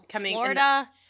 Florida